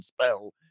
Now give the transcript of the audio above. spell